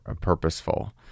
purposeful